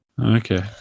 Okay